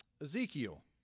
Ezekiel